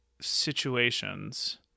situations